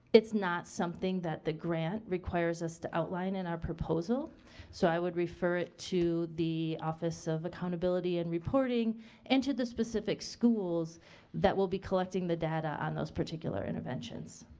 it's not something that the grant requires us to outline in our proposal so i would refer it to the office of accountability and reporting and to the specific schools that will be collecting the data on those particular interventions.